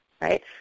right